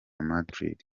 madrid